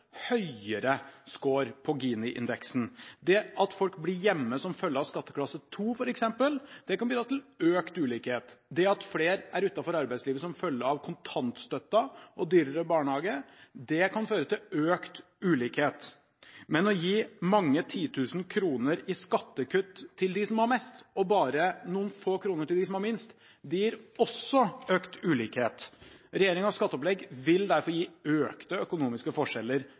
høyere skår på Gini-indeksen. Det at folk blir hjemme som følge av f.eks. skatteklasse 2, det kan bidra til økt ulikhet. Det at flere er utenfor arbeidslivet som følge av kontantstøtten og dyrere barnehage, kan føre til økt ulikhet. Men å gi mange titusen kroner i skattekutt til dem som har mest, og bare noen få kroner til dem som har minst, det gir også økt ulikhet. Regjeringens skatteopplegg vil derfor gi økte økonomiske forskjeller